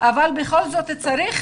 אבל בכל זאת צריך